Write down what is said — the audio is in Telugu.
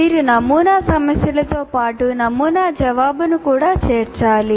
మీరు నమూనా సమస్యలతో పాటు నమూనా జవాబును కూడా చేర్చాలి